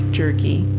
jerky